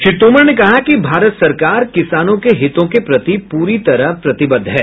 श्री तोमर ने कहा कि भारत सरकार किसानों के हितों के प्रति पूरी तरह प्रतिबद्ध है